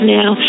now